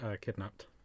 kidnapped